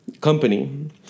company